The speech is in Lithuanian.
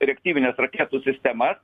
reaktyvines raketų sistemas